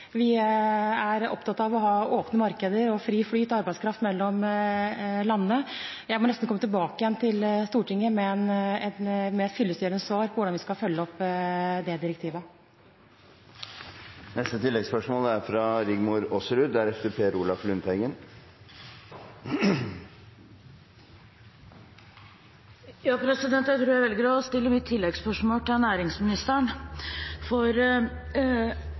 vi ønsker en aktiv europapolitikk. Vi er opptatt av å ha åpne markeder og fri flyt av arbeidskraft mellom landene. Jeg må nesten komme tilbake igjen til Stortinget med et mer fyllestgjørende svar på hvordan vi skal følge opp det direktivet. Rigmor Aasrud – til oppfølgingsspørsmål. Jeg tror jeg velger å stille mitt tilleggsspørsmål til næringsministeren. I et oppslag i Dagens Næringsliv for